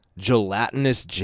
Gelatinous